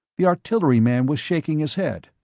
the artillery man was shaking his head.